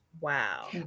Wow